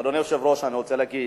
אדוני היושב-ראש, אני רוצה להגיד